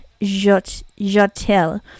Jotel